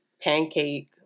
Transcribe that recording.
Pancake